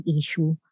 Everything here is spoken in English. issue